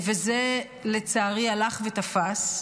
לצערי, זה הלך ותפס.